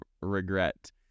regret